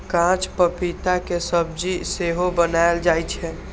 कांच पपीता के सब्जी सेहो बनाएल जाइ छै